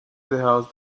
dejaos